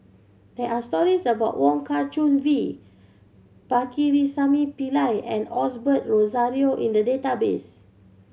there are stories about Wong Kah Chun V Pakirisamy Pillai and Osbert Rozario in the database